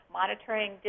monitoring